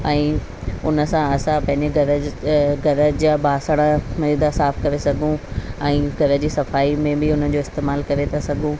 ऐं उनसां असां पंहिंजे घर जी घर जा बासण उहे था साफ़ु करे सघूं ऐं घर जी सफ़ाई में बि उनजो इस्तेमालु करे था सघूं